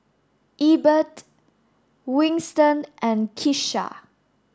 Ebert Winston and Kisha